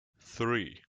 three